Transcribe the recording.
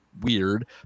weird